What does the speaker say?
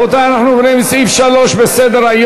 רבותי, אנחנו עוברים לסעיף 3 בסדר-היום: